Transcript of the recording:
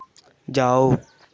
जाओ